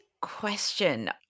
question